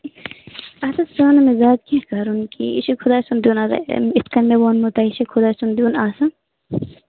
اَتھ حظ چھُنہٕ زیادٕ کیٚنٛہہ کَرُن کہِ یہِ چھُ خۄداے سُنٛد دیُن آسان یِتھٕ کٔنۍ مےٚ ووٚنمو تۄہہِ یہِ چھُ خۄداے سُنٛد دیُن آسان